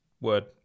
word